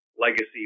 legacy